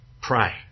Pray